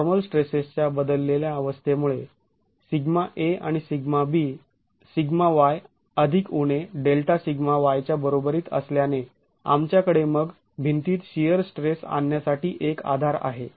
normal stresses च्या बदललेल्या अवस्थेमुळे सिग्मा a आणि सिग्मा b σy ± Δσy च्या बरोबरीत असल्याने आमच्याकडे मग भिंतीत शिअर स्ट्रेस आणण्यासाठी एक आधार आहे